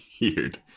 weird